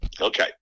Okay